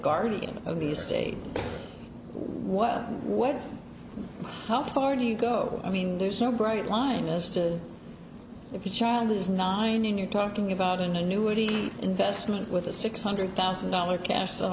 guardian of the state what way how far do you go i mean there's no bright line as to if your child is nine and you're talking about an annuity investment with a six hundred thousand dollar cas